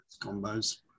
combos